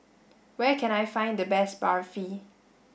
where can I find the best Barfi